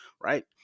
right